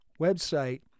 website